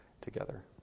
together